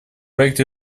проект